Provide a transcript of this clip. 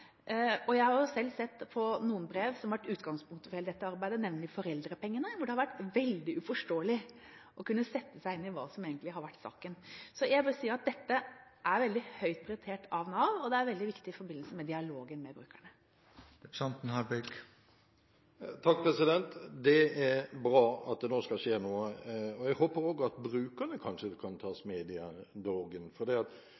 Jeg har selv sett på noen brev som har vært utgangspunktet for hele dette arbeidet, nemlig om foreldrepengene, som har vært veldig uforståelige, og det har vært vanskelig å kunne sette seg inn i hva som egentlig har vært saken. Jeg vil bare si at dette er veldig høyt prioritert av Nav, og det er veldig viktig i forbindelse med dialogen med brukerne. Det er bra at det nå skal skje noe, og jeg håper også at brukerne kanskje kan